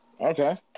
Okay